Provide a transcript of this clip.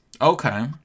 Okay